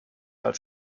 als